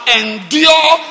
endure